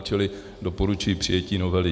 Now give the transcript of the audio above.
Čili doporučuji přijetí novely.